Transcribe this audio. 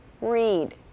read